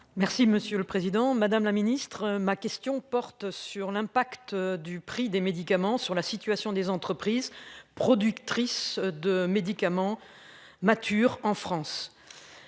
Merci monsieur le président, madame la ministre ma question porte sur l'impact du prix des médicaments sur la situation des entreprises productrices de médicaments mature en France.